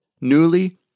newly